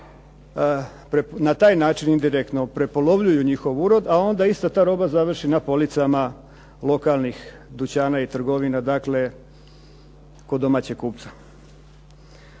Na taj način indirektno prepolovljuju njihov urod a onda ista ta roba završi na policama lokalnih dućana i trgovina, dakle kod domaćeg kupca.